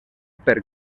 per